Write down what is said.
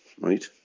right